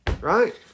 Right